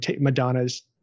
Madonna's